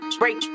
break